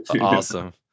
awesome